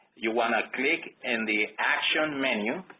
you want to click in the action menu